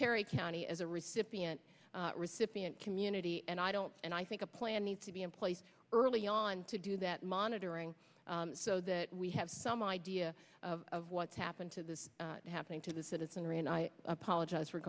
perry county as a recipient recipient community and i don't and i think a plan needs to be in place early on to do that monitoring so that we have some idea of what's happened to this happening to the citizenry and i i apologize for